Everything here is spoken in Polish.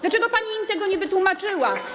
Dlaczego pani im tego nie wytłumaczyła?